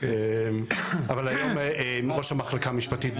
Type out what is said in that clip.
אבל היום אני ראש המחלקה המשפטית,